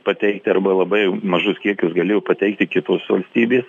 pateikti arba labai mažus kiekius galėjo pateikti kitos valstybės